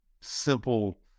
simple